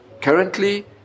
Currently